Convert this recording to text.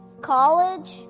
college